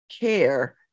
care